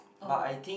oh